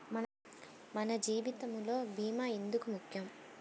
మన జీవితములో భీమా ఎందుకు ముఖ్యం?